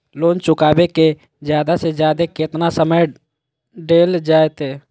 Loan चुकाबे के जादे से जादे केतना समय डेल जयते?